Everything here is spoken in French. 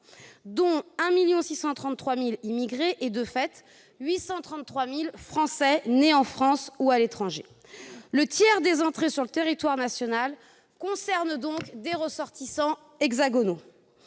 dont 1,633 million d'immigrés, et, de fait, 833 000 Français nés en France ou à l'étranger. Le tiers des entrées sur le territoire national concerne donc des ressortissants hexagonaux.